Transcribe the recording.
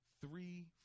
three